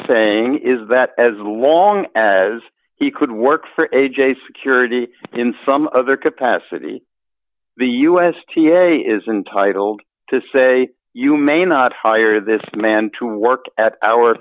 saying is that as long as he could work for a j security in some other capacity the u s t a isn't titled to say you may not hire this man to work at our